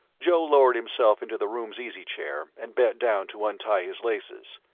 joe lowered himself into the room's easy-chair and bent down to untie his laces.